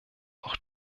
auch